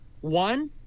one